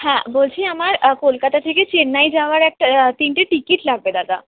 হ্যাঁ বলছি আমার কলকাতা থেকে চেন্নাই যাওয়ার একটা তিনটে টিকিট লাগবে দাদা